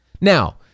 Now